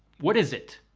what is it?